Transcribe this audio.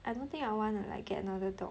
I don't think I wanna like get another dog